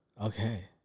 Okay